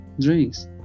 drinks